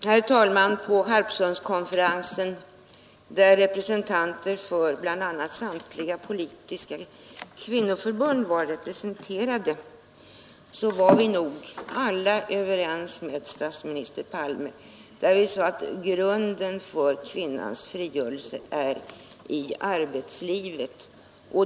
Herr talman! På Harpsundskonferensen, där bl.a. samtliga politiska kvinnoförbund var representerade, var vi nog alla överens med statsminister Palme. Vi sade att grunden för kvinnans frigörelse finns i arbetslivet.